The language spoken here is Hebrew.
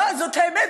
לא, זאת האמת.